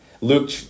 Luke